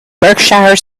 berkshire